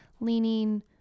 leaning